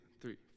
three